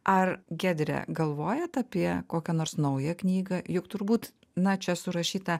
ar giedre galvojat apie kokią nors naują knygą juk turbūt na čia surašyta